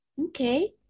okay